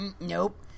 nope